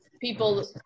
people